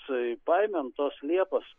tai paėmėm tos liepos